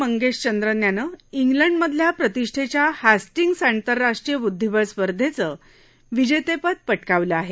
मंगेश चंद्रन यानं इंग्लंडमधल्या प्रतिष्ठेच्या हॅस्टींग्ज आंतरराष्ट्रीय बुद्धीबळ स्पर्धेचं विजेतेपद पटकावलं आहे